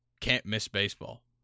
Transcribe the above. can't-miss-baseball